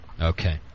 Okay